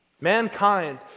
Mankind